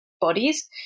bodies